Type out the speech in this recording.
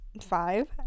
five